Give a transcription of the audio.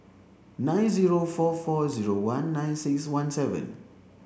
nine zero four four zero one nine six one seven